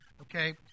Okay